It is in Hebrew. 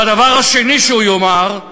והדבר השני שהוא יאמר,